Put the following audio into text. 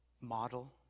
Model